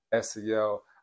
SEL